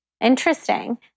interesting